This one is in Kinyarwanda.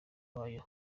wayo